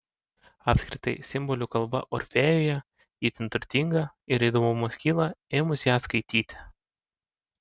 apskritai simbolių kalba orfėjuje itin turtinga ir įdomumas kyla ėmus ją skaityti